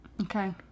Okay